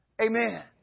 Amen